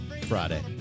Friday